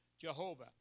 Jehovah